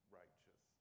righteous